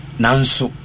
nansu